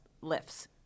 lifts